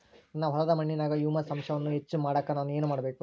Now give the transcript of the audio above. ನನ್ನ ಹೊಲದ ಮಣ್ಣಿನಾಗ ಹ್ಯೂಮಸ್ ಅಂಶವನ್ನ ಹೆಚ್ಚು ಮಾಡಾಕ ನಾನು ಏನು ಮಾಡಬೇಕು?